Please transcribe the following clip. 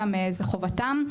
זו חובתם.